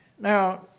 Now